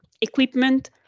equipment